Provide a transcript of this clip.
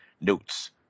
Notes